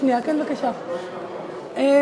רות, תוסיפי אותנו, לא הספקנו ללחוץ.